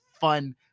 fun